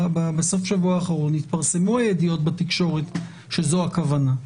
בסוף השבוע האחרון התפרסמו הידיעות בתקשורת שזאת הכוונה,